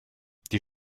die